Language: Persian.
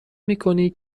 میکنی